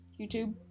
YouTube